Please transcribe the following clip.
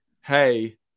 hey